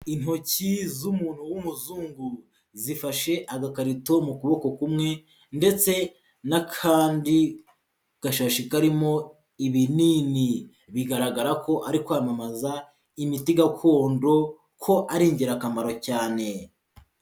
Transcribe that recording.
Intoki z'umuntu w'umuzungu zifashe agakarito mu kuboko kumwe ndetse n'akandi gashashi karimo ibinini, bigaragara ko ari kwamamaza imiti gakondo ko ari ingirakamaro cyane.